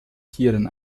tieren